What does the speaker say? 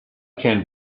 can